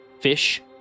fish